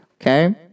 Okay